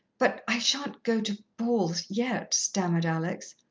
but i shan't go to balls yet, stammered alex.